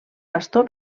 bastó